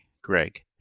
Greg